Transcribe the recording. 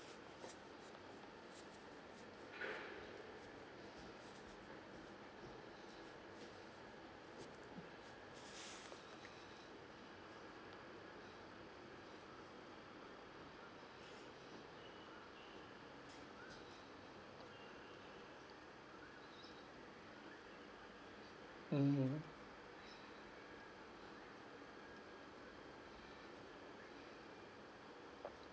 mmhmm